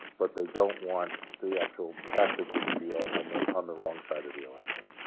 but they don't want the actual passage of the deal on the on the wrong side of the election.